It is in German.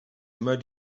immer